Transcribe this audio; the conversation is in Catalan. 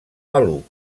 maluc